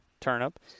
turnip